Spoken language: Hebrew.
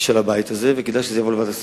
של הבית הזה, כדאי שזה יעבור לוועדת הכספים.